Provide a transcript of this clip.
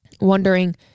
wondering